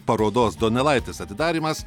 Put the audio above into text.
parodos donelaitis atidarymas